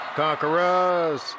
Conquerors